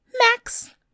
Max